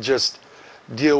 just deal